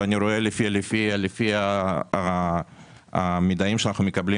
ואני רואה לפי המידעים שאנחנו מקבלים